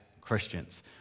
Christians